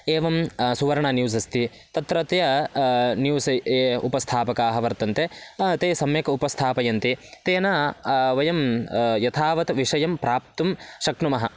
एवं सुवर्णा न्यूस् अस्ति तत्रत्य न्यूस् ये उपस्थापकाः वर्तन्ते ते सम्यक् उपस्थापयन्ति तेन वयं यथावत् विषयं प्राप्तुं शक्नुमः